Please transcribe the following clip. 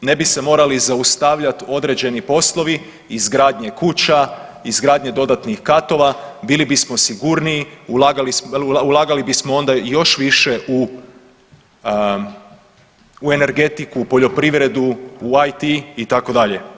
Ne bi se morali zaustavljati određeni poslovi izgradnje kuća, izgradnje dodatnih katova, bili bismo sigurniji, ulagali bismo onda još više u energetiku, poljoprivredu, IT itd.